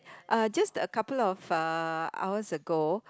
uh just a couple of uh hours ago